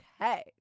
Okay